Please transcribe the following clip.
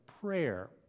prayer